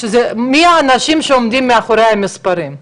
את האנשים שעומדים מאחורי המספרים,